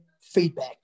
feedback